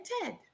Ted